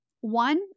one